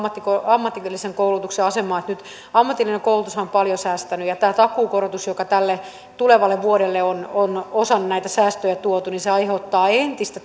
ammatillisen koulutuksen asemaan nythän ammatillinen koulutus on paljon säästänyt ja tämä takuukorotus joka tälle tulevalle vuodelle on on osan näitä säästöjä tuonut aiheuttaa entistä